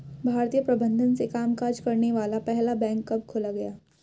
भारतीय प्रबंधन से कामकाज करने वाला पहला बैंक कब खोला गया?